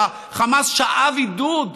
שהחמאס שאב עידוד מישראל.